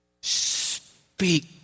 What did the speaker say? speak